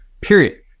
period